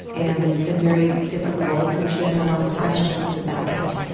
and it's been very difficult, and she has a lot of questions about it.